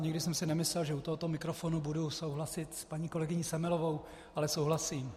Nikdy jsem si nemyslel, že u tohoto mikrofonu budu souhlasit s paní kolegyní Semelovou, ale souhlasím.